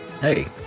Hey